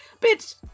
Bitch